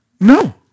No